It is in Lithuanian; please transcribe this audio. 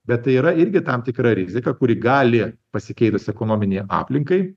bet tai yra irgi tam tikra rizika kuri gali pasikeitus ekonominei aplinkai